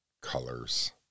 colors